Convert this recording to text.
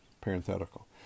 parenthetical